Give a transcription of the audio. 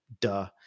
Duh